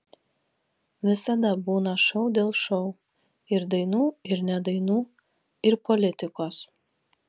visada būna šou dėl šou ir dainų ir ne dainų ir politikos